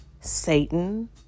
Satan